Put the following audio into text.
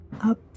up